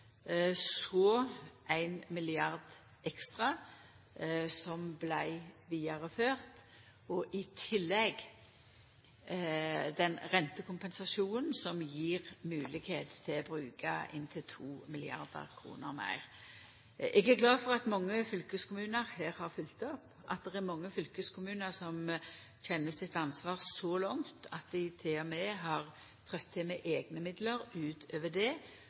så ein 1 mrd. kr ekstra som vart vidareført, og i tillegg den rentekompensasjonen som gjev moglegheit til å bruka inntil 2 mrd. kr meir. Eg er glad for at det er mange fylkeskommunar som her har følgt opp, at det er mange fylkeskommunar som kjenner ansvaret sitt så langt at dei til og med har trødd til med eigne midlar utover det